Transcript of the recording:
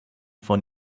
von